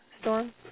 storm